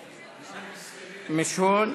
קסניה סבטלובה, מיש הון.